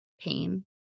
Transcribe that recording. pain